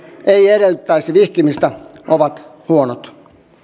ei edellyttäisi vihkimistä ovat huonot